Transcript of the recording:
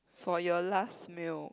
for your last meal